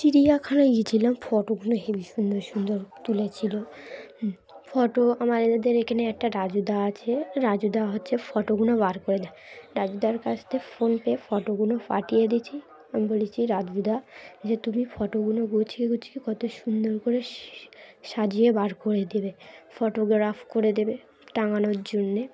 চিড়িয়াখানায় গিয়েছিলাম ফটোগুলো হেভি সুন্দর সুন্দর তুলেছিলো ফটো আমার এলাদের এখানে একটা রাজুদা আছে রাজুদা হচ্ছে ফটোগোগুলো বার করে দেয় রাজুদার কাছ থেকে ফোন পেয়ে ফটোগুলো পাঠিয়ে দিয়েছি আমি বলেছি রাজুদা যে তুমি ফটোগুলো গুছিয়ে গুছিয়ে কত সুন্দর করে সাজিয়ে বার করে দেবে ফটোগ্রাফ করে দেবে টাঙানোর জন্যে